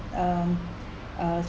um uh